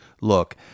Look